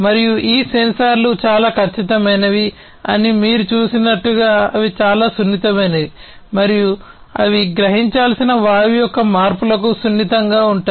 మరియు ఈ సెన్సార్లు చాలా ఖచ్చితమైనవి అని మీరు చూసినట్లుగా అవి చాలా సున్నితమైనవి మరియు అవి గ్రహించాల్సిన వాయువు యొక్క మార్పులకు సున్నితంగా ఉంటాయి